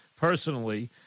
personally